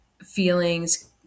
feelings